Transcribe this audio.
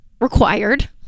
required